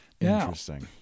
Interesting